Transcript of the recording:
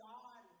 God